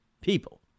people